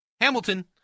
Hamilton